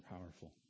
powerful